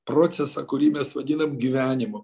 procesą kurį mes vadinam gyvenimu